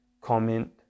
comment